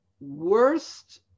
worst